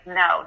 no